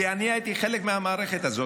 כי אני הייתי חלק מהמערכת הזאת.